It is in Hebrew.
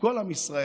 לכל עם ישראל,